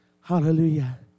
Hallelujah